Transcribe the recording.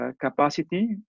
capacity